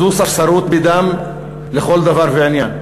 זו ספסרות בדם לכל דבר ועניין.